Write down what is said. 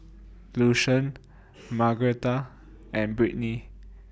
Lucien Margaretha and Brittney